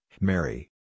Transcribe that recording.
Mary